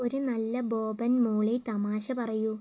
ഒരു നല്ല ബോബൻ മോളി തമാശ പറയൂ